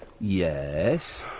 Yes